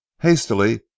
Hastily